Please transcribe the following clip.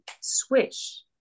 switch